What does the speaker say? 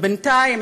ובינתיים,